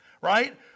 right